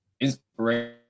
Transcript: inspiration